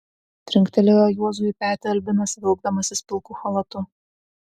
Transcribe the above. trinktelėjo juozui į petį albinas vilkdamasis pilku chalatu